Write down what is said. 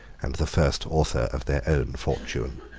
and the first author of their own fortune.